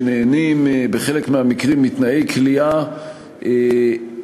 שנהנים בחלק מהמקרים מתנאי כליאה טובים